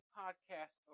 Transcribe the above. podcast